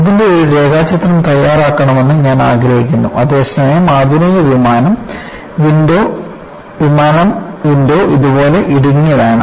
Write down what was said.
ഇതിന്റെ ഒരു രേഖാചിത്രം തയ്യാറാക്കണമെന്ന് ഞാൻ ആഗ്രഹിക്കുന്നു അതേസമയം ആധുനിക വിമാന വിൻഡോ ഇതുപോലെ ഇടുങ്ങിയതാണ്